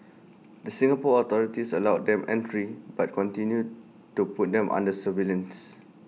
the Singapore authorities allowed them entry but continued to put them under surveillance